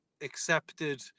accepted